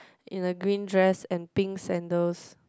in a green dress and pink sandals